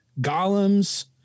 golems